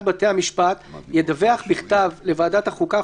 בתי המשפט ידווח בכתב לוועדת החוקה,